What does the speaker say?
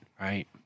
right